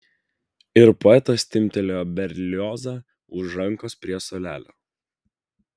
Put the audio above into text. ir poetas timptelėjo berliozą už rankos prie suolelio